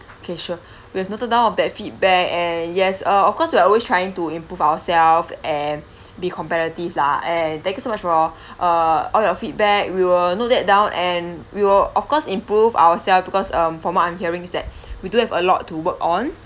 okay sure we have noted down of that feedback and yes uh of course we are always trying to improve ourself and be competitive lah and thank you so much for err all your feedback we will note that down and we will of course improve ourself because um from what I'm hearing is that we do have a lot to work on